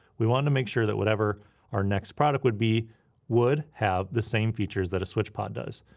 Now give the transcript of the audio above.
we wanted to make sure that whatever our next product would be would have the same features that a switchpod does.